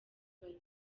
bake